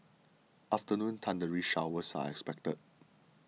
afternoon thundery showers are expected